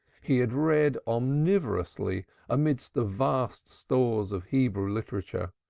he had read omnivorously amid the vast stores of hebrew literature,